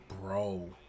bro